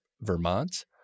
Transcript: Vermont